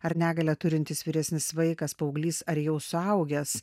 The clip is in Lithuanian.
ar negalią turintis vyresnis vaikas paauglys ar jau suaugęs